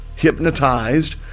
Hypnotized